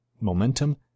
momentum